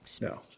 No